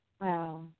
wow